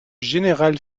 général